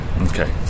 Okay